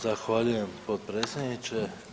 Zahvaljujem potpredsjedniče.